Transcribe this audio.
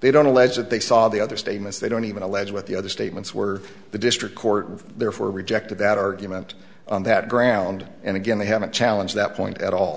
they don't allege that they saw the other statements they don't even allege what the other statements were the district court therefore rejected that argument on that ground and again they haven't challenge that point at all